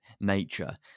nature